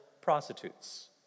prostitutes